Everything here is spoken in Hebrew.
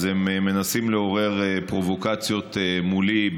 אז הם מנסים לעורר פרובוקציות מולי,